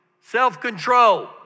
self-control